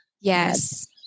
yes